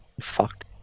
Fucked